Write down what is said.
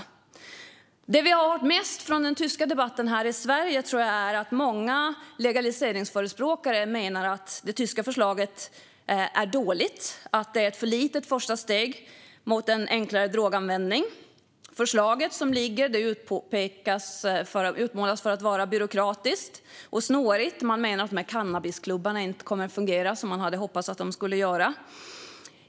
Det som vi har hört mest från den tyska debatten här i Sverige tror jag är att många legaliseringsförespråkare menar att det tyska förslaget är dåligt och att det är ett för litet första steg mot en enklare droganvändning. Det föreliggande förslaget utmålas för att vara byråkratiskt och snårigt. Man menar att dessa cannabisklubbar inte kommer att fungera som man hade hoppats att de skulle göra.